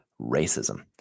racism